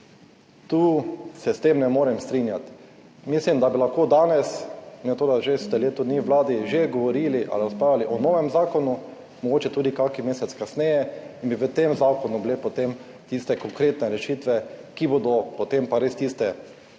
S tem se ne morem strinjati. Mislim, da bi lahko danes, glede na to, da že leto dni v vladi že govorili ali razpravljali o novem zakonu, mogoče tudi kakšen mesec kasneje, in bi v tem zakonu bile potem tiste konkretne rešitve, ki bodo pa res tiste